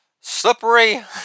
Slippery